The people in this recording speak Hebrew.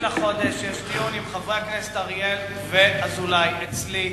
בחודש יש דיון עם חברי הכנסת אריאל ואזולאי אצלי,